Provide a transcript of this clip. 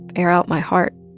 air out my heart.